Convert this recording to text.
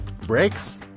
Brakes